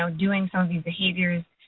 so doing some of these behaviors.